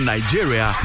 Nigeria